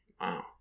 Wow